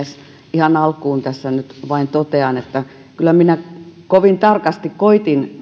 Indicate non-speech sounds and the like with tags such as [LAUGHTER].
ihan alkuun tässä nyt vain totean että kyllä minä kovin tarkasti koetin [UNINTELLIGIBLE]